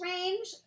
range